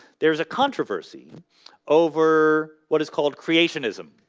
there's a controversy over what is called creationism?